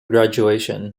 graduation